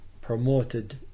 promoted